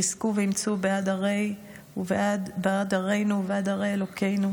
חזקו ואמצו בעד ערינו ובעד ערי אלוקינו.